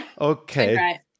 Okay